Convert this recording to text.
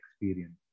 experience